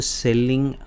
selling